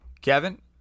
Kevin